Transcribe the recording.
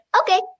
Okay